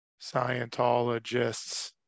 Scientologists